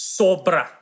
sobra